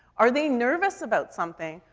are they nervous about something?